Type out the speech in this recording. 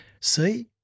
See